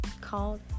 called